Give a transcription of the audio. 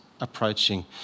approaching